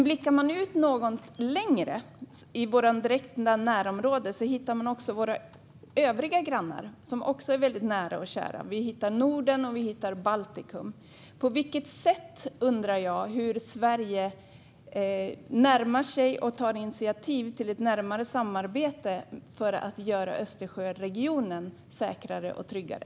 Blickar man ut något längre, i vårt direkta närområde, hittar man även våra övriga grannar, som också är väldigt nära och kära. Vi hittar Norden, och vi hittar Baltikum. Jag undrar på vilket sätt Sverige närmar sig och tar initiativ till ett närmare samarbete för att göra Östersjöregionen säkrare och tryggare.